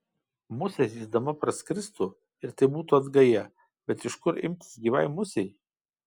musė zyzdama praskristų ir tai būtų atgaja bet iš kur imtis gyvai musei